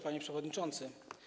Panie Przewodniczący!